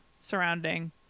surrounding